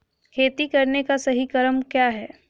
खेती करने का सही क्रम क्या है?